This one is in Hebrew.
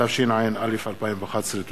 התשע"א 2011. תודה.